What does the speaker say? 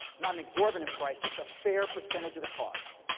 not an exorbitant price, just a fair percentage of the costs.